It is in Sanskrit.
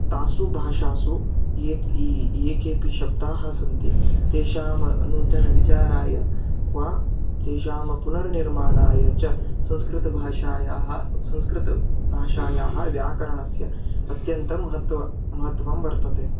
तासु भाषासु ये ये केऽपि शब्दाः सन्ति तेषां नूतनविचाराय वा तेषां पुनर्निर्माणाय च संस्कृतभाषायाः संस्कृतभाषायाः व्याकरणस्य अत्यन्तं महत्त्वं महत्त्वं वर्तते